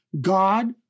God